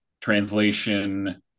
translation